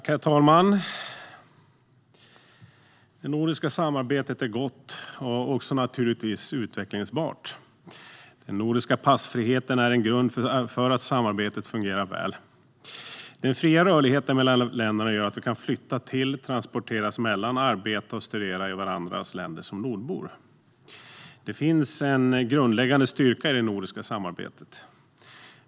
Herr talman! Det nordiska samarbetet är gott och naturligtvis också utvecklingsbart. Den nordiska passfriheten är en grund för att samarbetet fungerar så väl. Den fria rörligheten mellan länderna gör att vi kan flytta till, transporteras mellan, arbeta och studera i varandras länder som nordbor. Det finns en grundläggande styrka i det nordiska samarbetet.